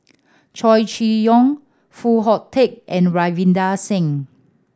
Chow Chee Yong Foo Hong Tatt and Ravinder Singh